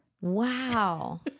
Wow